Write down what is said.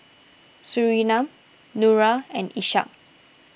Surinam Nura and Ishak